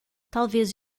talvez